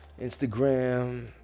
Instagram